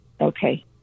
Okay